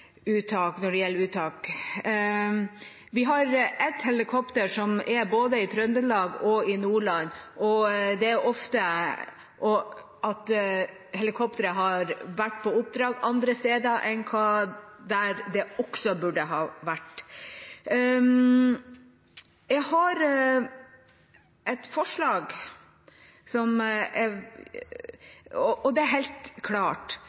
når det gjelder uttak. Vi har ett helikopter som er både i Trøndelag og i Nordland, og helikopteret har vært på oppdrag andre steder enn der det også burde ha vært. Og det er helt klart: